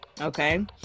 Okay